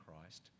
Christ